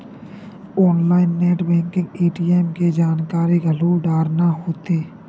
online net banking ATM के जानकारी घलो डारना होथे